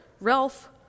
Ralph